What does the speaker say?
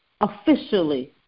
officially